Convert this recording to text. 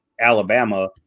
Alabama